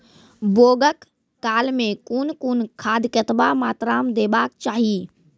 बौगक काल मे कून कून खाद केतबा मात्राम देबाक चाही?